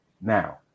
now